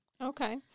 Okay